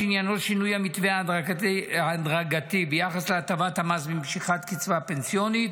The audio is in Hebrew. שעניינו שינוי המתווה ההדרגתי ביחס להטבת המס במשיכת קצבה פנסיונית,